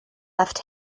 left